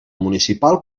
municipal